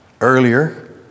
earlier